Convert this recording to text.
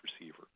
receiver